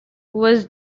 was